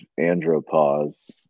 andropause